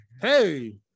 Hey